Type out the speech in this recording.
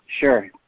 Sure